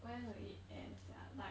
when will it end sia like